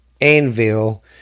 anvil